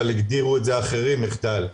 אבל הגדירו את זה אחרים "מחדל".